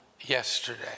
yesterday